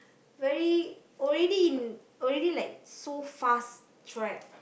very already in already like so fast track